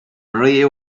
rey